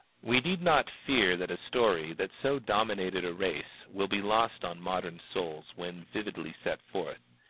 we need not fear that a story that so dominated a race will be lost on modern souls when vividly set forth.